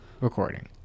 recording